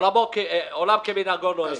ועולם כמנהגו נוהג.